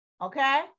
okay